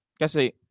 kasi